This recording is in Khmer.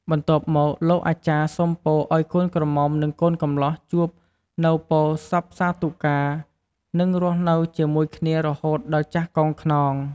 បន្ទាប់មកលោកអាចារ្យសុំពរឱ្យកូនក្រមុំនិងកូនកម្លោះជួបនូវពរសព្វសាធុការ និងរស់នៅជាមួយគ្នារហូតដល់ចាស់កោងខ្នង។